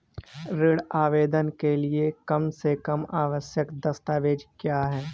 ऋण आवेदन के लिए कम से कम आवश्यक दस्तावेज़ क्या हैं?